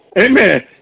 Amen